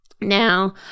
Now